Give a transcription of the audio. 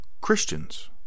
Christians